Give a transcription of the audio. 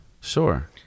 Sure